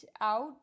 out